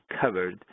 covered